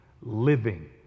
living